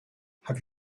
have